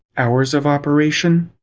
hours of operation.